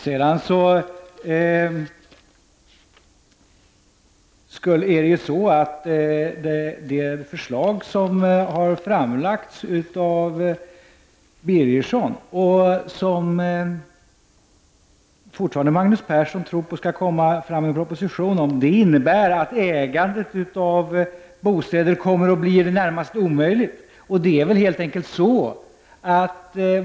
Det förslag som har framlagts av Bengt Owe Birgersson och som Magnus Persson tror att det skall bli en proposition om, innebär att ägande av bostäder kommer att bli i det närmaste omöjligt.